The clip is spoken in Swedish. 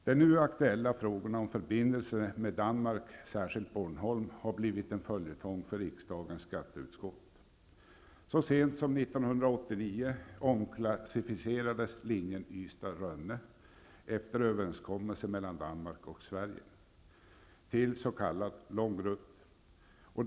De nu aktuella frågorna om förbindelserna med Danmark, särskilt Bornholm, har blivit en följetong för riksdagens skatteutskott. Rönne, efter överenskommelse mellan Danmark och Sverige, till s.k. lång rutt.